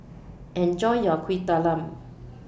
Enjoy your Kuih Talam